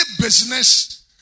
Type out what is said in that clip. business